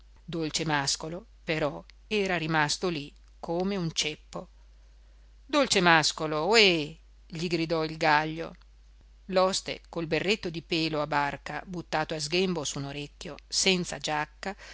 bevesse dolcemàscolo però era rimasto lì come un ceppo dolcemàscolo ohé gli gridò il gaglio l'oste col berretto di pelo a barca buttato a sghembo su un orecchio senza giacca